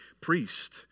priest